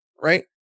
Right